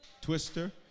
twister